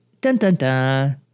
dun-dun-dun